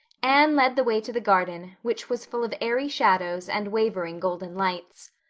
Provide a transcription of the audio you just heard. anne led the way to the garden, which was full of airy shadows and wavering golden lights.